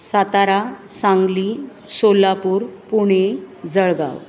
Satara Sangli Solapur Pune Jalgaon